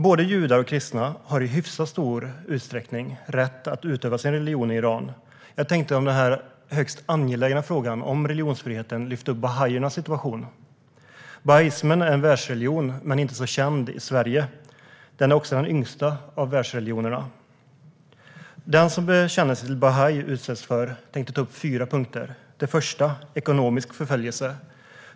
Både judar och kristna har i hyfsat stor utsträckning rätt att utöva sin religion i Iran. Jag tänkte i samband med den högst angelägna frågan om religionsfrihet lyfta upp bahaiernas situation. Bahai är en världsreligion men inte så känd i Sverige. Den är också den yngsta av världsreligionerna. Jag tänkte i fyra punkter ta upp vad den som bekänner sig till bahai utsätts för. Det första är ekonomisk förföljelse.